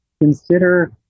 consider